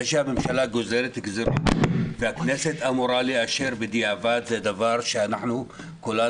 זה שהממשלה גוזרת גזירות והכנסת אמורה לאשר בדיעבד זה דבר שכולנו